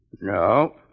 No